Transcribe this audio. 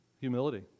Humility